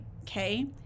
okay